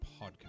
podcast